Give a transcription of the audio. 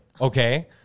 okay